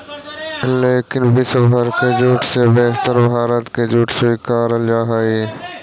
लेकिन विश्व भर के जूट से बेहतर भारत के जूट स्वीकारल जा हइ